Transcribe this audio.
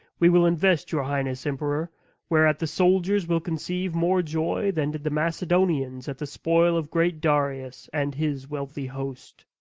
we will invest your highness emperor whereat the soldiers will conceive more joy than did the macedonians at the spoil of great darius and his wealthy host.